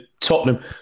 Tottenham